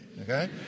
okay